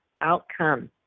outcome